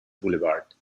boulevard